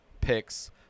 picks